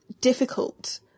difficult